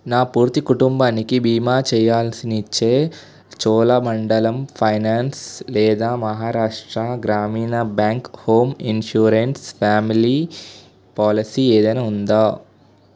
నా పూర్తి కుటుంబానికి భీమా చెయ్యాల్సినిచ్చే చోళమండలం ఫైనాన్స్ లేదా Maharashtra Gramin bank home insurance family policy ఏదైనా ఉందా